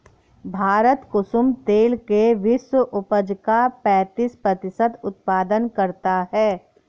भारत कुसुम तेल के विश्व उपज का पैंतीस प्रतिशत उत्पादन करता है